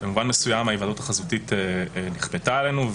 במובן מסוים ההיוועדות החזותית נכפתה עלינו,